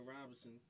Robinson